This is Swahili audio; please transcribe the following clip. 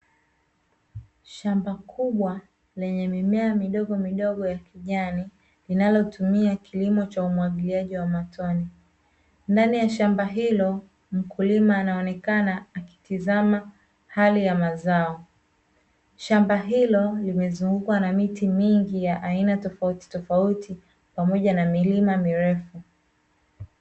Shamba kubwa lenye mimea midogomidogo ya kijani, linalotumia kilimo cha umwagiliaji wa matone, ndani ya shamba hilo, mkulima anaonekana akitizama hali ya mazao. Shamba hilo limezungukwa na miti mingi ya aina tofautitofauti, pamoja na milima mirefu.